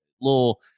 little